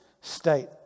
state